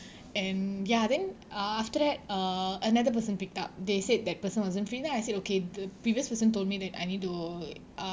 and ya then after that uh another person picked up they said that person wasn't free then I said okay the previous person told me that I need to